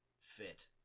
fit